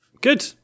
good